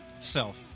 self